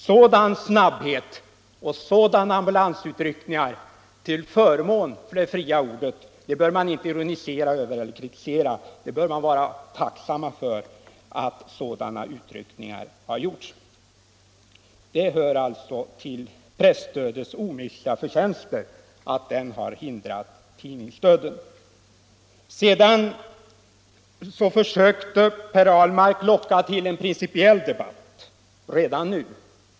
Sådan snabbhet och sådana ambulansutryckningar till förmån för det fria ordet bör man inte ironisera över eller kritisera. Man bör i stället vara tacksam för att sådana utryckningar har gjorts. Det hör till presstödets omisskännliga förtjänster att det har hindrat tidningsdöden. Sedan försökte Per Ahlmark locka till en principiell debatt redan nu.